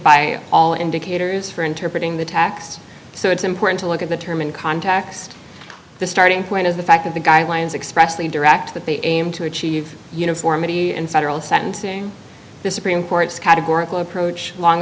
by all indicators for interpreting the text so it's important to look at the term in context the starting point is the fact that the guidelines expressly directs that they aim to achieve uniformity and federal sentencing the supreme court's categor